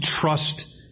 trust